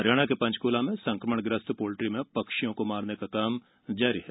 हरियाणा के पंचकूला में संक्रमण ग्रस्त पोल्ट्री में पक्षियों को मारने का काम जारी है